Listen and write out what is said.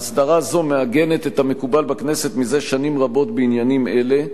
ההסדרה הזאת מעגנת את המקובל בכנסת זה שנים רבות בעניינים אלו,